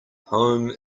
home